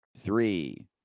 Three